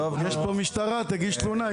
הנה, יש פה משטרה, תגיש תלונה.